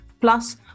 Plus